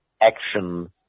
action